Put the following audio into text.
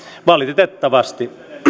valitettavasti arvoisa